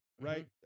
right